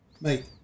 mate